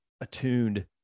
attuned